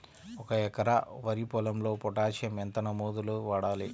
ఒక ఎకరా వరి పొలంలో పోటాషియం ఎంత మోతాదులో వాడాలి?